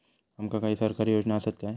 आमका काही सरकारी योजना आसत काय?